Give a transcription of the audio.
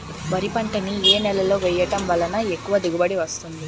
వరి పంట ని ఏ నేలలో వేయటం వలన ఎక్కువ దిగుబడి వస్తుంది?